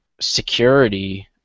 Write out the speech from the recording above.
security